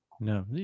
no